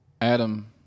Adam